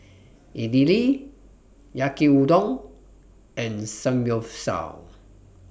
Idili Yaki Udon and Samgyeopsal